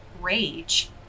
rage